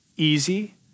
easy